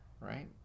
Right